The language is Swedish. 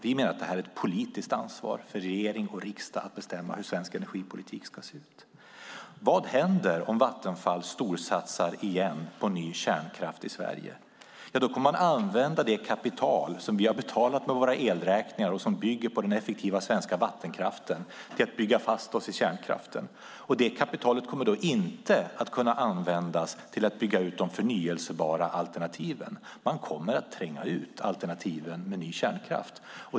Vi menar att det är ett politiskt ansvar för regering och riksdag att bestämma hur svensk energipolitik ska se ut. Vad händer om Vattenfall storsatsar igen på ny kärnkraft i Sverige? Då kommer man att använda det kapital som vi har betalat via våra elräkningar och som bygger på den effektiva svenska vattenkraften till att bygga fast oss i kärnkraften. Det kapitalet kommer inte att användas till att bygga ut de förnybara alternativen. Man kommer att tränga ut alternativen med ny kärnkraft.